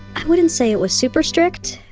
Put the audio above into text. i wouldn't say it was super strict,